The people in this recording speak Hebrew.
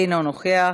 אינו נוכח.